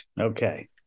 Okay